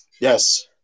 Yes